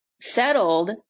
settled